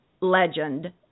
Legend